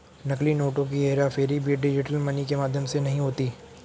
नकली नोटों की हेराफेरी भी डिजिटल मनी के माध्यम से नहीं होती